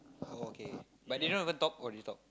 oh okay but they not going to talk or they talk